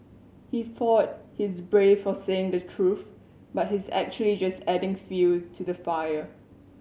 he thought he's brave for saying the truth but he's actually just adding fuel to the fire